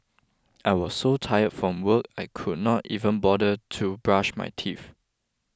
I was so tired from work I could not even bother to brush my teeth